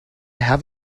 have